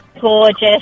gorgeous